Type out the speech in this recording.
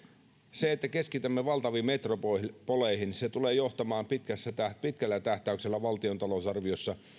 se että keskitymme valtaviin metropoleihin tulee johtamaan pitkällä tähtäyksellä valtion talousarviossa